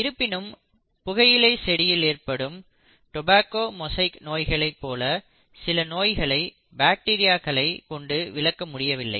இருப்பினும் புகையிலை செடியில் ஏற்படும் டோபாக்கோ மோசைக் நோய்களைப் போல சில நோய்களை பாக்டீரியாக்களைக் கொண்டு விளக்க முடியவில்லை